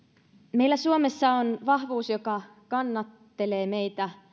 meillä suomessa on vahvuus joka kannattelee meitä